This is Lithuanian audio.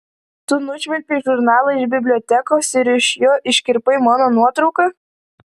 tu nušvilpei žurnalą iš bibliotekos ir iš jo iškirpai mano nuotrauką